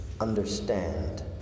understand